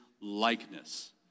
likeness